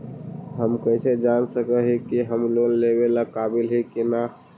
हम कईसे जान सक ही की हम लोन लेवेला काबिल ही की ना?